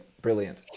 Brilliant